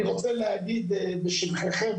אני רוצה להגיד בשבחכם,